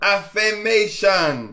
Affirmation